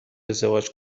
ازدواج